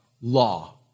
law